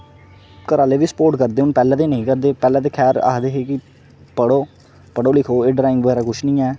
घरा आह्ले बी सपोर्ट करदे पैह्ले ते नेईं करदे हे पैह्ले ते खैर आखदे हे कि पढ़ो पढ़ो लिखो ड्रांइग बगैरा कुछ नेईं ऐ